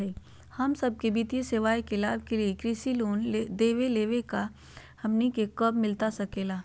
हम सबके वित्तीय सेवाएं के लाभ के लिए कृषि लोन देवे लेवे का बा, हमनी के कब मिलता सके ला?